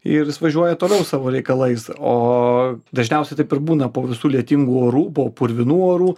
ir jis važiuoja toliau savo reikalais o dažniausia taip ir būna po visų lietingų orų po purvinų orų